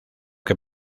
que